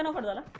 and hundred and